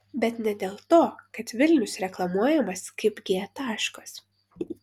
bet ne dėl to kad vilnius reklamuojamas kaip g taškas